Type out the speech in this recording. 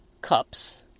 cups